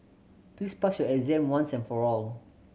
please pass your exam once and for all